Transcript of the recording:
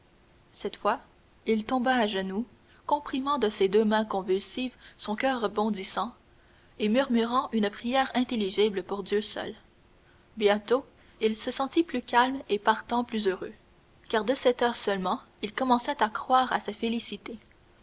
cette fois il tomba à genoux comprimant de ses deux mains convulsives son coeur bondissant et murmurant une prière intelligible pour dieu seul bientôt il se sentit plus calme et partant plus heureux car de cette heure seulement il commençait à croire à sa félicité